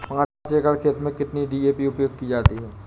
पाँच एकड़ खेत में कितनी डी.ए.पी उपयोग की जाती है?